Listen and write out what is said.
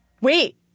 Wait